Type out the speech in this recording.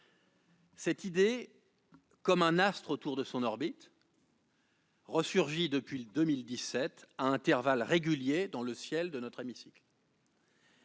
Cette idée, comme un astre sur son orbite, ressurgit depuis 2017 à intervalles réguliers dans le ciel de notre hémicycle.